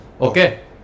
Okay